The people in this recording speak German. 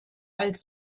als